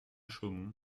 chaumont